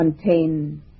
contain